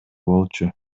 болчу